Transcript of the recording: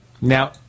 Now